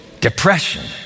Depression